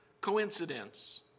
Coincidence